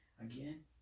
Again